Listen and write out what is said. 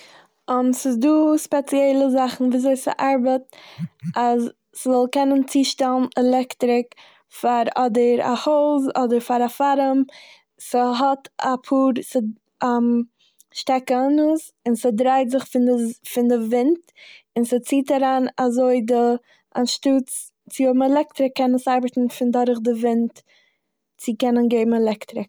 ס'איז דא ספעציעלע זאכן וויזוי ס'ארבעט אז ס'זאל קענען צושטעלן עלעקטריק פאר אדער א הויז אדער פאר א פארעם. ס'האט אפאר ס'- שטעקענעס און ס'דרייט זיך פון די ז- פון די ווינט און ס'ציט אריין אזוי די- אנשטאטס צו האבן עלעקטריק קען עס ארבעטן פון דורך די ווינט צו קענען געבן עלעק-